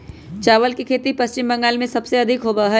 चावल के खेती पश्चिम बंगाल में सबसे अधिक होबा हई